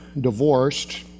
divorced